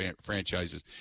franchises